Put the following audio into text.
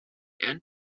and